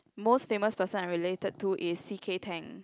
most famous person I related to is C_K-Tang